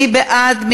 מי בעד?